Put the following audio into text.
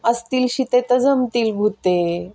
असतील शिते तर जमतील भुते